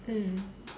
mm